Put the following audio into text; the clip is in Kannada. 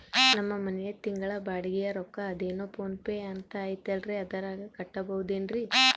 ನಮ್ಮ ಮನೆಯ ತಿಂಗಳ ಬಾಡಿಗೆ ರೊಕ್ಕ ಅದೇನೋ ಪೋನ್ ಪೇ ಅಂತಾ ಐತಲ್ರೇ ಅದರಾಗ ಕಟ್ಟಬಹುದೇನ್ರಿ?